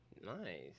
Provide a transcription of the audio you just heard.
Nice